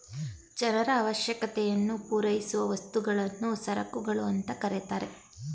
ಜನರ ಅವಶ್ಯಕತೆಯನ್ನು ಪೂರೈಸುವ ವಸ್ತುಗಳನ್ನು ಸರಕುಗಳು ಅಂತ ಕರೆತರೆ